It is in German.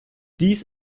dies